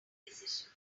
decisions